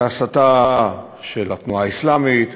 מהסתה של התנועה האסלאמית,